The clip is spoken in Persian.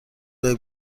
گاهی